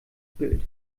bild